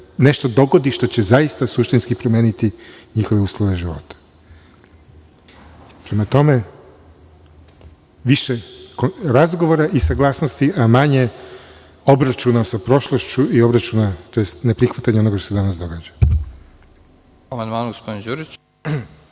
nešto dogodi što će zaista suštinski promeniti njihove uslove života. Prema tome, više razgovora i saglasnosti, a manje obračuna sa prošlošću i obračuna, tj. neprihvatanja onoga što se danas događa. **Nebojša Stefanović**